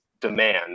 demand